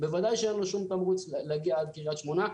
ודאי שאין לו שום תמריץ להגיע עד לקריית שמונה,